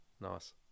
Nice